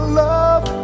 love